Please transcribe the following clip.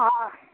হয়